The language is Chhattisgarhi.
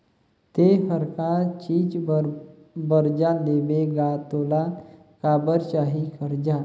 ते हर का चीच बर बरजा लेबे गा तोला काबर चाही करजा